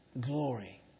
glory